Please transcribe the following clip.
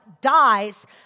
dies